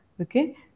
Okay